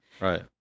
right